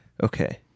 Okay